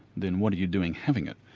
then what are you doing having it,